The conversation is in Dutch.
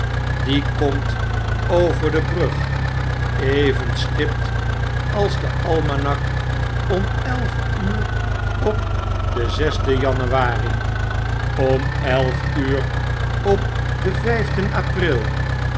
die komt over de brug even stipt als de almanak om elf uur op den zesden januari om elf uur op den vijfden april